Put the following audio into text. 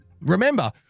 Remember